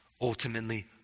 ultimately